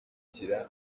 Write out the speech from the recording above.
gukurira